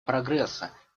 прогресса